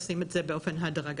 עושים את זה באופן הדרגתי.